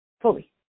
Fully